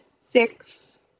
six